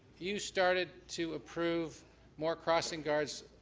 you started to approve more crossing guards